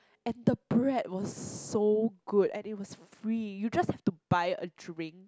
and the bread was so good and it was free you just have to buy a drink